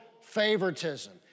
favoritism